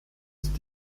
ist